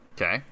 Okay